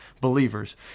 believers